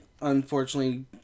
unfortunately